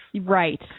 right